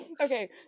Okay